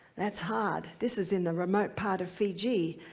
that's hard, this is in the remote part of fiji,